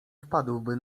wpadłby